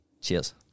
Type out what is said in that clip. Cheers